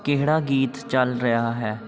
ਕਿਹੜਾ ਗੀਤ ਚੱਲ ਰਿਹਾ ਹੈ